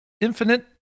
infinite